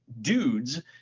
dudes